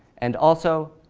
and also,